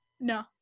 No